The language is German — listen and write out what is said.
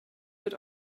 wird